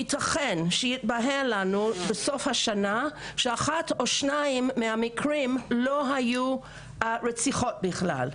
יתכן שיתבהר לנו בסוף השנה שאחד או שניים מהמקרים לא היו רציחות בכלל.